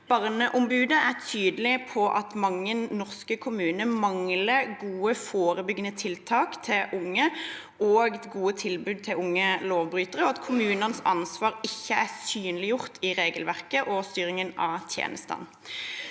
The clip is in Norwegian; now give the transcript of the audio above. Barneombudet er tydelig på at mange norske kommuner mangler gode forebyggende tiltak til unge og gode tilbud til unge lovbrytere, og at kommunenes ansvar ikke er synliggjort i regelverket og styringen av tjenestene.